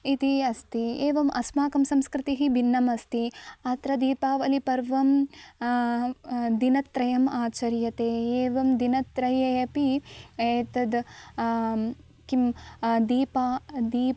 इति अस्ति एवम् अस्माकं संस्कृतिः भिन्नम् अस्ति अत्र दीपावलिपर्वं दिनत्रयम् आचर्यते एवं दिनत्रयेपि एतद् किं दीपा दि